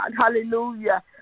hallelujah